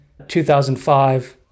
2005